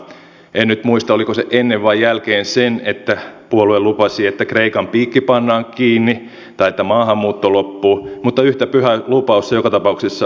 en nyt muista oliko se ennen vai jälkeen sen että puolue lupasi että kreikan piikki pannaan kiinni tai että maahanmuutto loppuu mutta yhtä pyhä lupaus se joka tapauksessa oli